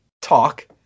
talk